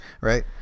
right